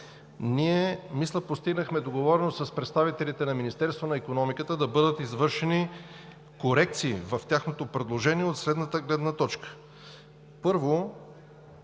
ние, мисля, постигнахме договореност с представителите на Министерството на икономиката да бъдат извършени корекции в тяхното предложение от следната гледна точка. Първо,